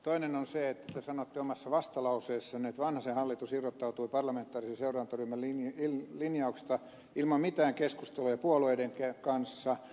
toinen on se että te sanotte omassa vastalauseessanne että vanhasen hallitus irrottautui parlamentaarisen seurantaryhmän linjauksista ilman mitään keskustelua puolueiden kanssa